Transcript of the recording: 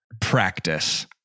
Practice